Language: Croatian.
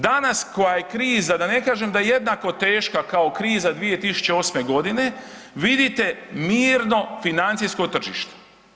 Danas koja je kriza, da ne kažem da je jednako teška kao kriza 2008.g., vidite mirno financijsko tržište.